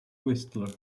whistler